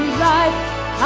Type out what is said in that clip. life